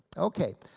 okay,